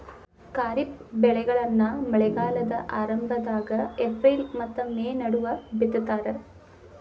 ಖಾರಿಫ್ ಬೆಳೆಗಳನ್ನ ಮಳೆಗಾಲದ ಆರಂಭದಾಗ ಏಪ್ರಿಲ್ ಮತ್ತ ಮೇ ನಡುವ ಬಿತ್ತತಾರ